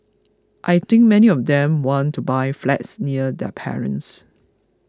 I think many of them want to buy flats near their parents